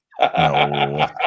no